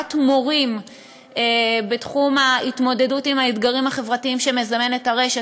הכשרת מורים בתחום ההתמודדות עם האתגרים החברתיים שמזמנת הרשת.